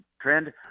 trend